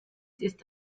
ist